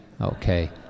Okay